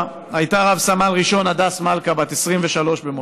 הייתה רב-סמל ראשון הדס מלכא, בת 23 במותה.